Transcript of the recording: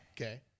Okay